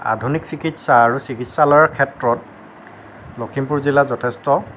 আধুনিক চিকিৎসা আৰু চিকিৎসালয়ৰ ক্ষেত্ৰত লখিমপুৰ জিলাত যথেষ্ট